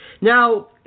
Now